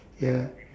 ya